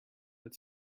but